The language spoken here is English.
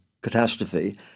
catastrophe